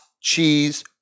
cheese